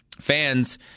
fans